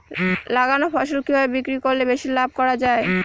লাগানো ফসল কিভাবে বিক্রি করলে বেশি লাভ করা যায়?